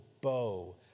bow